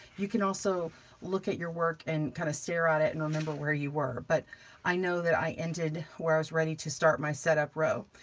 you can also look at your work and kind of stare at it and remember where you were. but i know that i ended where i was ready to start my setup row.